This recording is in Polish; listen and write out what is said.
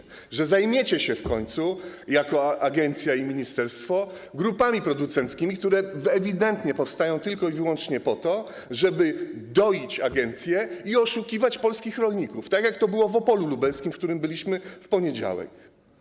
Miałem nadzieję, że zajmiecie się w końcu jako agencja i ministerstwo grupami producenckimi, które ewidentnie powstają tylko i wyłącznie po to, żeby doić agencję i oszukiwać polskich rolników, tak jak to było w Opolu Lubelskim, w którym byliśmy w poniedziałek.